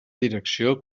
direcció